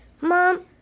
Mom